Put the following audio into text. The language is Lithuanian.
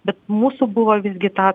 bet mūsų buvo visgi tą